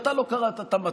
ואתה לא קראת את המצע.